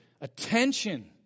attention